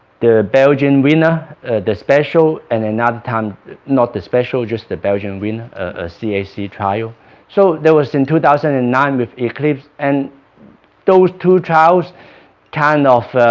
the belgian winner the special and another time not the special just the belgian win a cac trial so that was in two thousand and nine with eclipse and those two trials kind of